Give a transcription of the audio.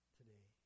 today